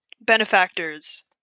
benefactors